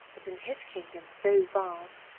but in his kingdom, so vast,